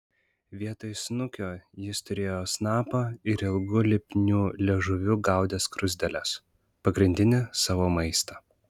vietoj snukio jis turėjo snapą ir ilgu lipniu liežuviu gaudė skruzdėles pagrindinį savo maistą